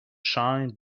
shine